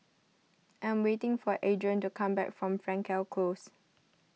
I am waiting for Adron to come back from Frankel Close